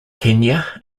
kenya